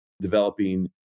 developing